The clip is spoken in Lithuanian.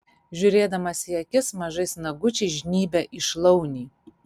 žiūrėdamas į akis mažais nagučiais žnybia į šlaunį